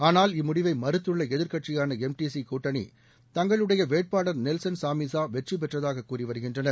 ஆனால் இம்முடிவை மறுத்துள்ள எதிர்கட்சியான எம்டிசி கூட்டணி தங்களுடைய வேட்பாளர் நெல்சன் சாமிஸா வெற்றி பெற்றதாக கூறி வருகின்றனர்